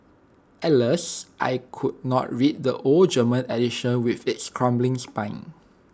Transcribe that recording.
Alas I could not read the old German edition with its crumbling spine